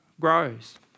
grows